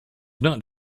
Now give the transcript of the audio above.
not